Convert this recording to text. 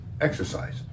exercise